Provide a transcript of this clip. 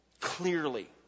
clearly